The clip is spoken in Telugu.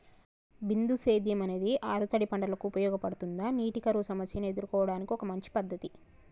బిందు సేద్యం అనేది ఆరుతడి పంటలకు ఉపయోగపడుతుందా నీటి కరువు సమస్యను ఎదుర్కోవడానికి ఒక మంచి పద్ధతి?